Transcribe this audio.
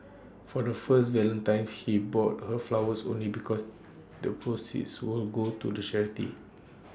for the first Valentine's he bought her flowers only because the proceeds would go to charity